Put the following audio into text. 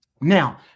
Now